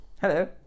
Hello